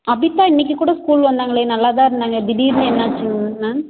அபிதா இன்னக்கு கூட ஸ்கூல் வந்தாங்களே நல்லா தான் இருந்தாங்கள் திடீர்னு என்ன ஆச்சுங்க மேம்